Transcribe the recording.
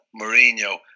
Mourinho